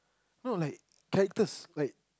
no like characters like